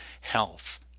health